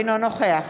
אינו נוכח